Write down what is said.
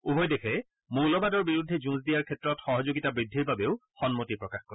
উভয় দেশে মৌলবাদৰ বিৰুদ্ধে যুঁজ দিয়াৰ ক্ষেত্ৰত সহযোগিতা বৃদ্ধিৰ বাবেও সন্মতি প্ৰকাশ কৰে